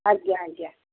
ଆଜ୍ଞା ଆଜ୍ଞା